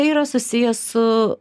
tai yra susiję su